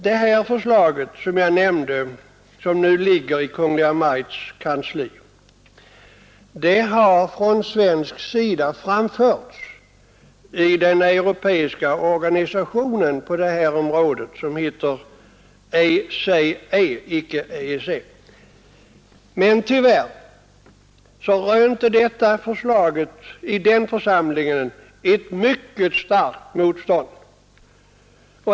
Det förslag jag nämnde, som nu ligger i Kungl. Maj:ts kansli, har från svensk sida framförts i den europeiska organisationen på detta område, ECE, men tyvärr rönte förslaget i den församlingen ett mycket starkt motstånd.